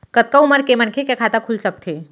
कतका उमर के मनखे के खाता खुल सकथे?